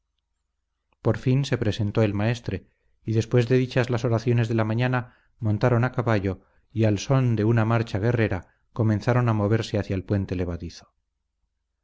por fin se presentó el maestre y después de dichas las oraciones de la mañana montaron a caballo y al son de una marcha guerrera comenzaron a moverse hacia el puente levadizo